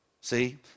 See